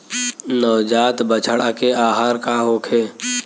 नवजात बछड़ा के आहार का होखे?